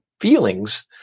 feelings